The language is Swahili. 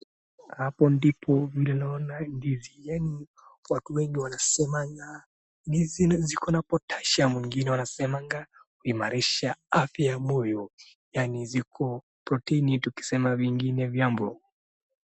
Hapo ndipo vile naona ndizi, yani watu wengi wanasemanga ndizi zikona potassium wengine wanasema kuimarisha afya ya moyo yani ziko protini tukisema vingine vyambo.